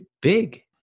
big